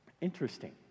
Interesting